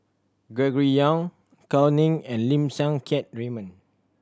Gregory Yong Gao Ning and Lim Siang Keat Raymond